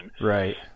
Right